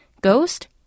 ghost